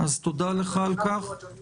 אנחנו טוענים